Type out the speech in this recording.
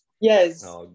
Yes